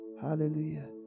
Hallelujah